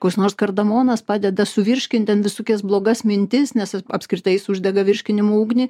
koks nors kardamonas padeda suvirškinti ten visokias blogas mintis nes apskritai jis uždega virškinimo ugnį